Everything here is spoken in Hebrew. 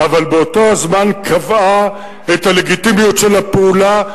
אבל באותו הזמן קבעה את הלגיטימיות של הפעולה,